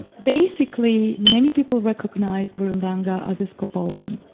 basically many people recognise burundanga as a scopolamine.